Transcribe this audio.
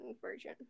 version